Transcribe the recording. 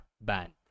band